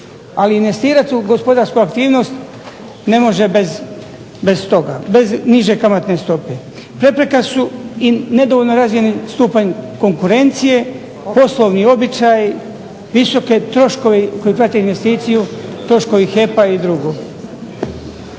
Ali investirati u gospodarsku aktivnost ne može bez niže kamatne stope. Prepreka su ima nedovoljna razmijenjen stupanj konkurencije, poslovni običaji, visoki troškovi koji prate investiciju, troškovi HEP-a i dr.